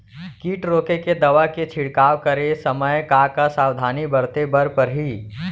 किट रोके के दवा के छिड़काव करे समय, का का सावधानी बरते बर परही?